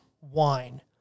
wine